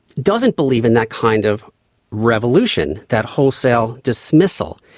doesn't believe in that kind of revolution, that wholesale dismissal.